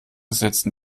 setzen